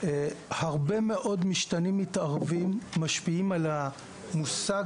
הרבה מאוד משתנים מתערבים משפיעים על המושג